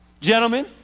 Gentlemen